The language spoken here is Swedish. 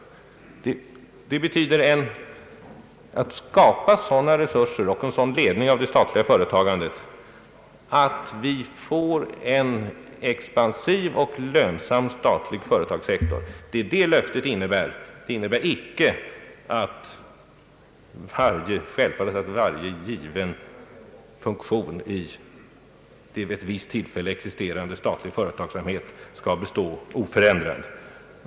Det betyder att skapa sådana resurser och en sådan ledning av det statliga företagandet att vi får en expansiv och lönsam statlig företagssektor. Det är vad löftet innebär. Det innebär självfallet inte att varje given funktion i en vid ett visst tillfälle existerande statlig företagsamhet skall bestå oförändrad.